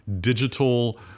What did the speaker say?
digital